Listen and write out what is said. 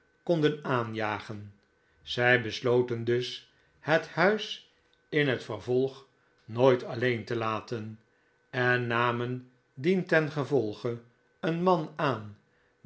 kon aanjagen zij besloten dus het huis in het vervolg nooit alleen te laten en namen dientengevolge een man aan